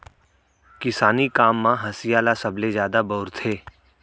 किसानी काम म हँसिया ल सबले जादा बउरथे